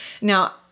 Now